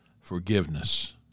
forgiveness